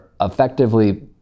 effectively